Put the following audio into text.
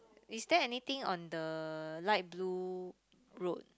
is there anything on the light blue road